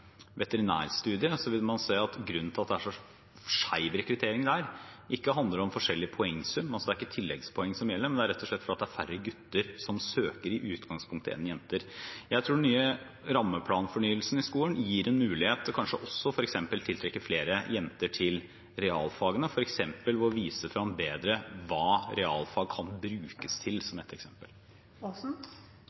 vil man se at grunnen til at det er så skjev rekruttering der, ikke handler om forskjellig poengsum, det er ikke tilleggspoeng som gjelder, men det er rett og slett fordi det i utgangspunktet er færre gutter enn jenter som søker. Jeg tror den nye rammeplanfornyelsen i skolen gir en mulighet til også å tiltrekke flere jenter til realfagene, ved å vise frem bedre hva realfag kan brukes til, som et eksempel.